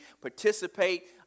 participate